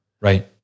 Right